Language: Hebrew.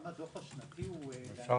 גם הדוח השנתי הוא אנונימי.